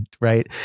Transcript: right